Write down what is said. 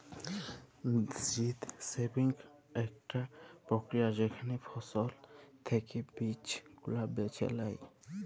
seed saving আকটা প্রক্রিয়া যেখালে ফসল থাকি বীজ গুলা বেছে লেয়